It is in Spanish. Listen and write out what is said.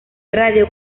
radio